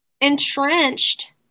entrenched